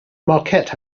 marquette